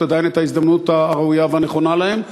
עדיין את ההזדמנות הראויה והנכונה להן,